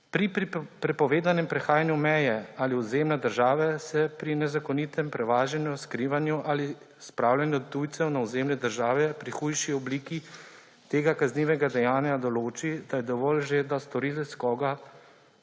Pri prepovedanem prehajanju meje ali ozemlja države se pri nezakonitem prevažanju, skrivanju ali spravljanju tujcev na ozemlje države pri hujši obliki tega kaznivega dejanja določi, da je dovolj že, da storilec koga